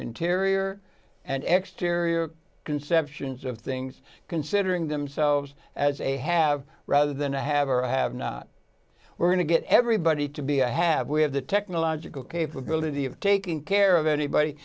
interior and exterior conceptions of things considering themselves as a have rather than to have a have not we're going to get everybody to be a have we have the technological capability of taking care of anybody